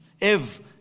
Ev